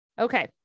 Okay